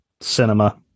cinema